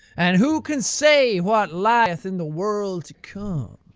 and who can say what lieth in the world to come?